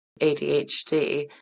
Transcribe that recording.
ADHD